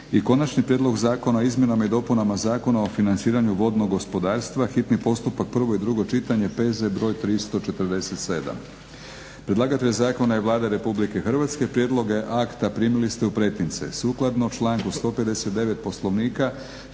- Konačni prijedlog Zakona o izmjenama i dopunama Zakona o financiranju vodnog gospodarstva, hitni postupak, prvo i drugo čitanje, P.Z. br. 347; Predlagatelj zakona je Vlada Republike Hrvatske. Prijedloge akta primili ste u pretince. Sukladno članku 159. Poslovnika